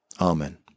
amen